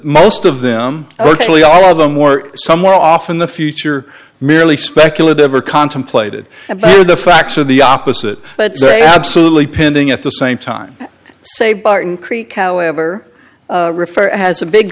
most of them virtually all of them were somewhere off in the future merely speculative or contemplated the facts are the opposite but they are absolutely pending at the same time say barton creek however refer has a big